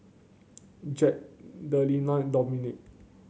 Jett Delina and Dominque